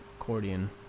accordion